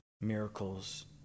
miracles